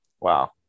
Wow